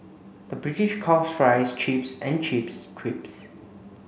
the British calls fries chips and chips crisps